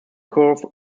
curve